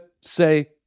say